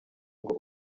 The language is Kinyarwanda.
ngo